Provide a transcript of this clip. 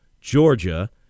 Georgia